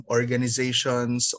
organizations